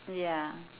ya